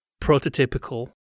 prototypical